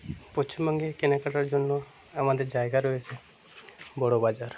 পশ্চিমবঙ্গে কেনাকাটার জন্য আমাদের জায়গা রয়েছে বড়বাজার